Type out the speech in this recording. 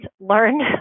learned